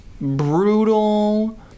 brutal